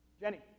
Jenny